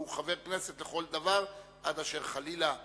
והוא חבר כנסת לכל דבר, עד אשר חלילה יורשע,